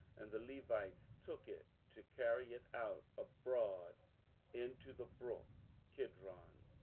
and the levites took it, to carry it out abroad into the brook kidron.